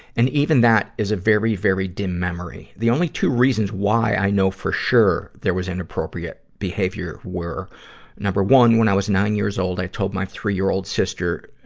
and even that is a very, very dim memory. the only two reasons why i know for sure there was inappropriate behavior were number one, when i was nine years old, i told my three-year-old sister,